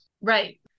Right